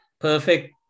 perfect